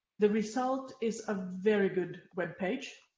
the result is a very good webpage,